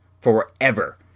forever